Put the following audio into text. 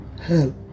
hell